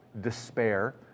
despair